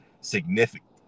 significant